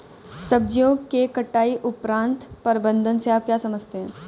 सब्जियों के कटाई उपरांत प्रबंधन से आप क्या समझते हैं?